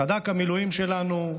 סד"כ המילואים שלנו,